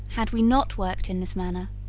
had we not worked in this manner,